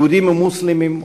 יהודים ומוסלמים,